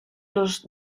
los